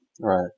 Right